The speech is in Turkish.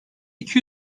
iki